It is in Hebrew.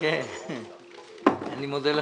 אני מודה לך.